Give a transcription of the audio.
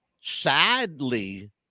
sadly